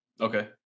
Okay